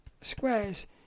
squares